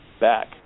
back